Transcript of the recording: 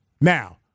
Now